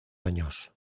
años